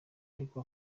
ariko